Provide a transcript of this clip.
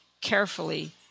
carefully